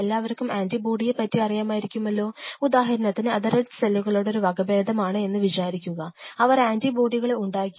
എല്ലാവർക്കും ആൻറിബോഡിയെ പറ്റി അറിയാമായിരിക്കുമല്ലോ ഉദാഹരണത്തിന് ഇത് റെഡ് സെല്ലുകളുടെ ഒരു വകഭേദമാണ് എന്ന് വിചാരിക്കുക അവർ ആൻറി ബോഡീകളെ ഉണ്ടാക്കി